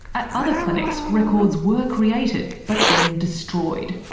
at other clinics, records were created, but then destroyed.